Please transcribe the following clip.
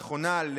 הנכונה,